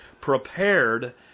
prepared